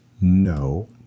no